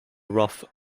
rough